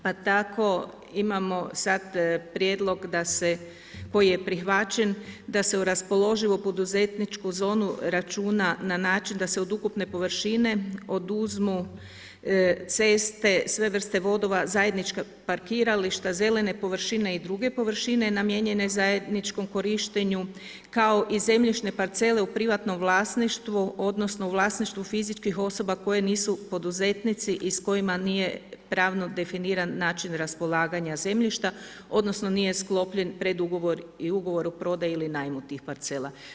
Pa tako imamo sada prijedlog koji je prihvaćen, da se u raspoloživu poduzetničku zonu računa na način da se od ukupne površine oduzmu ceste, sve vrste vodova, zajednička parkirališta, zelene površine i druge površine namijenjene zajedničkom korištenju, kao i zemljišne parcele u privatnom vlasništvu odnosno u vlasništvu fizičkih osoba koje nisu poduzetnici i s kojima nije pravno definiran način raspolaganja zemljišta odnosno nije sklopljen predugovor i ugovor o prodaji ili najmu tih parcela.